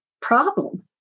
problem